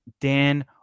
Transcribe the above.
Dan